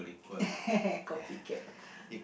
copycat